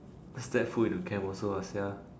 step foot into camp also lah sia